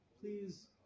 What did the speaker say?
Please